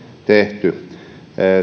tehty